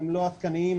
לא עדכניים,